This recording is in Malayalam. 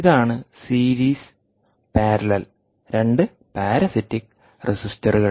ഇതാണ് സീരീസ് പാരലൽ 2പാരാസിറ്റിക് റെസിസ്റ്ററുകൾ